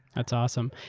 that's awesome.